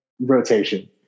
rotation